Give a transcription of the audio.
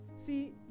See